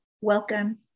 Welcome